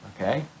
okay